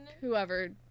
whoever